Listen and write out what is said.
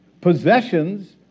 Possessions